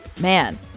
man